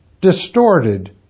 distorted